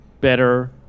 better